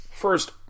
First